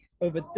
over